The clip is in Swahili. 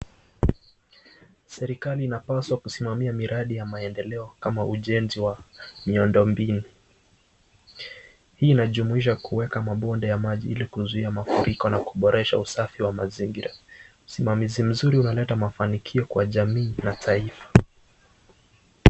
Serikali inapaswa kusimamia miradi ya maendeleo kama ujenzi wa miundo mbinu. Hii inajumuisha kueka mabonde ya maji ili kuzuia mafuriko na kuboresha usafi wa mazingira. Usimamizi mzuri unaleta mafanikio kwa jamii na taifa.